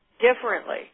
differently